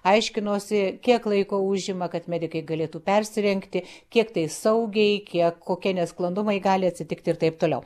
aiškinosi kiek laiko užima kad medikai galėtų persirengti kiek tai saugiai kiek kokie nesklandumai gali atsitikti ir taip toliau